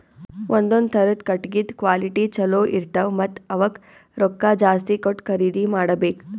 ಒಂದೊಂದ್ ಥರದ್ ಕಟ್ಟಗಿದ್ ಕ್ವಾಲಿಟಿ ಚಲೋ ಇರ್ತವ್ ಮತ್ತ್ ಅವಕ್ಕ್ ರೊಕ್ಕಾ ಜಾಸ್ತಿ ಕೊಟ್ಟ್ ಖರೀದಿ ಮಾಡಬೆಕ್